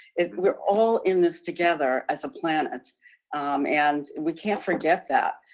we're all in this together as a planet and we can't forget that.